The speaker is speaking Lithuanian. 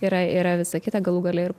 yra yra visa kitą galų gale ir